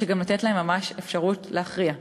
או שגם לתת להם ממש אפשרות להכריע,